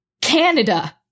Canada